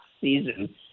season